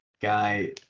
guy